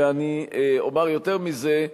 ואני אומר יותר מזה,